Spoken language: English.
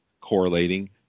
correlating